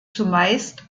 zumeist